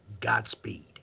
Godspeed